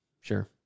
Sure